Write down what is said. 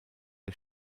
der